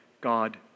God